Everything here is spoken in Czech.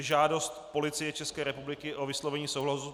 Žádost Policie České republiky o vyslovení souhlasu